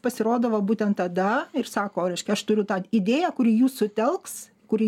pasirodo va būtent tada ir sako reiškia aš turiu tą idėją kuri jus sutelks kuri